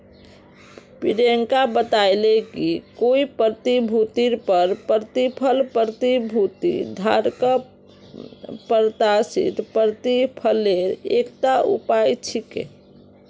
प्रियंका बताले कि कोई प्रतिभूतिर पर प्रतिफल प्रतिभूति धारकक प्रत्याशित प्रतिफलेर एकता उपाय छिके